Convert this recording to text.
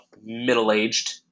middle-aged